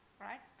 right